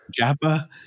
Jabba